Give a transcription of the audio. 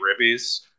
ribbies